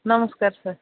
ନମସ୍କାର ସାର୍